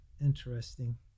interesting